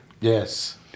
Yes